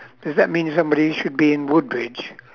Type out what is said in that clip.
does that mean somebody should be in woodbridge